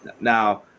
Now